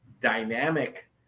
dynamic